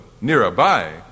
nearby